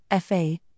FA